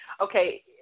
okay